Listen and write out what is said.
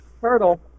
turtle